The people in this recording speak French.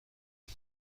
des